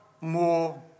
more